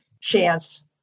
chance